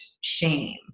shame